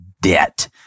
debt